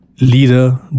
leader